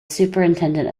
superintendent